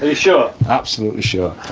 ah sure? absolutely sure.